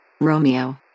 Romeo